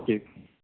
K